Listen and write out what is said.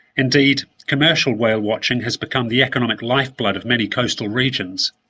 indeed, commercial whale watching has become the economic lifeblood of many coastal regions.